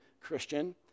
Christian